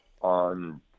on